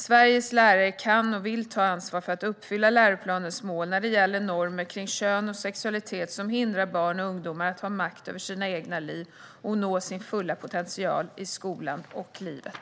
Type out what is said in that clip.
Sveriges lärare kan och vill ta ansvar för att uppfylla läroplanens mål när det gäller normer kring kön och sexualitet som hindrar barn och ungdomar att ha makt över sina egna liv och att nå sin fulla potential i skolan och livet.